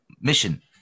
mission